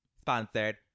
sponsored